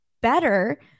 better